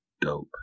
dope